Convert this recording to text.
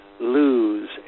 lose